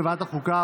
לוועדת החוקה,